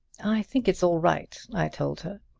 i think it's all right, i told her.